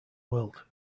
world